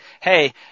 hey